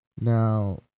Now